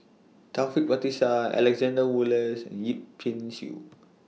Taufik Batisah Alexander Wolters and Yip Pin Xiu